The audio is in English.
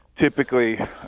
typically